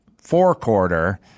four-quarter